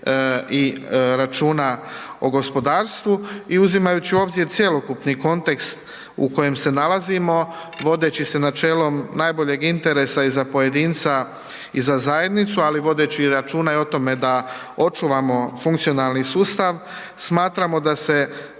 i računa o gospodarstvu i uzimajući u obzir cjelokupni kontekst u kojem se nalazimo, vodeći se načelom najboljeg interesa i za pojedinca i za zajednicu, ali vodeći računa i o tome da očuvamo funkcionalni sustav, smatramo da se